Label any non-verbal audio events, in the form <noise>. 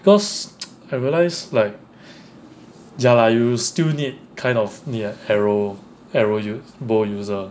because <noise> I realised like ya lah you still need kind of need an arrow arrow err bow user